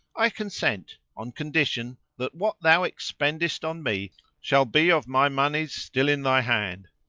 i consent, on condition that what thou expendest on me shall be of my monies still in thy hands.